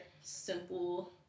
simple